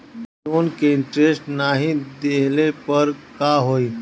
Loan के interest नाही देहले पर का होई?